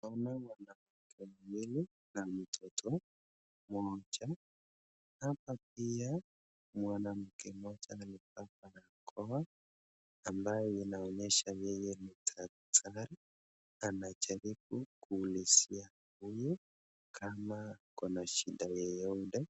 Ninaona mwanamke wawili na mtoto mmoja. Hapa pia mwanamke mmoja amevaa barakoa ambalo inaonyesha yeye ni daktari. Anajaribu kuulizia huyu kama kuna shida yoyote